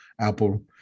Apple